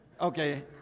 Okay